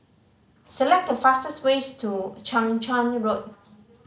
select the fastest ways to Chang Charn Road